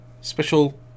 special